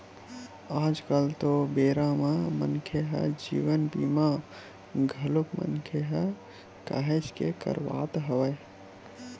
आज कल तो बेरा म मनखे ह जीवन बीमा घलोक मनखे ह काहेच के करवात हवय